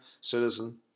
citizen